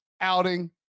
outing